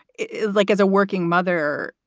it's like as a working mother,